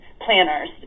planners